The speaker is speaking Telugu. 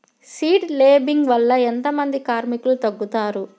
సీడ్ లేంబింగ్ వల్ల ఎంత మంది కార్మికులు తగ్గుతారు?